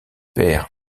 père